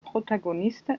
protagoniste